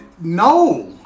No